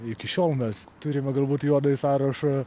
iki šiol mes turime galbūt juodąjį sąrašą